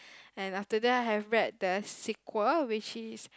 and after that I have read the sequel which is